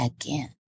again